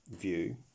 view